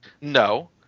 No